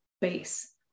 base